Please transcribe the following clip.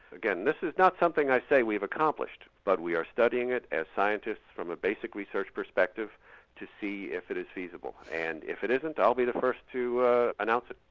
again, this is not something i say we have accomplished but we are studying it as scientists from a basic research perspective to see if it is feasible. and if it isn't, i'll be the first to announce it.